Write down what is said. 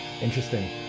Interesting